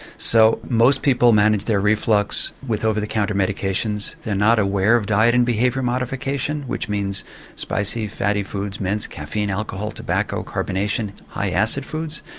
so most people manage their reflux with over-the-counter medications. they're not aware of diet and behaviour modification, which means spicy, fatty foods, mints, caffeine, alcohol, tobacco, carbonation high acid foods.